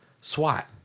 SWAT